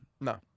No